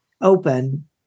open